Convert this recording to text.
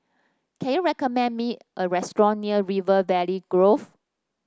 can you recommend me a restaurant near River Valley Grove